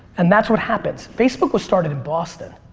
and that's what happens. facebook was started in boston.